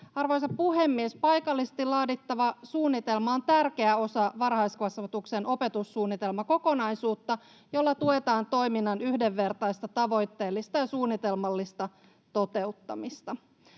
Arvoisa puhemies! Paikallisesti laadittava suunnitelma on tärkeä osa varhaiskasvatuksen opetussuunnitelmakokonaisuutta, jolla tuetaan toiminnan yhdenvertaista, tavoitteellista ja suunnitelmallista toteuttamista.